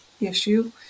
issue